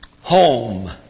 Home